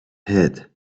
head